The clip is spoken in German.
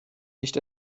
nicht